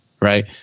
right